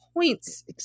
points